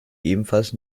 ebenfalls